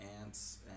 Ants